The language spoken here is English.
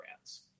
brands